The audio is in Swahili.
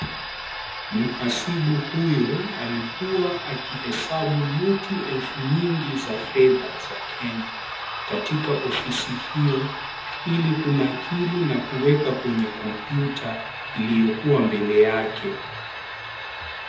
Mhasibu huyu alikuwa akihesabu noti elfu nyingi za fedha za Kenya, katika ofisi hiyo, ili kunakiliwa na kuweka kwenye kompyuta iliyokuwa mbele yake.